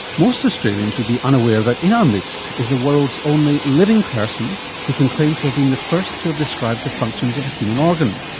most australians would be unaware that in our midst is the world's only living person who can claim to have been the first to have described the functions of a human organ.